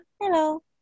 Hello